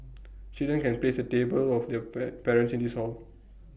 children can place A table of their pre parents in this hall